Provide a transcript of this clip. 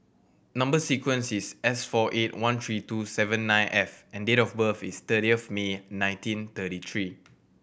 number sequence is S four eight one three two seven nine F and date of birth is thirty of May nineteen thirty three